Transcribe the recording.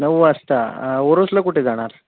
नऊ वाजता ओरोसला कुठे जाणार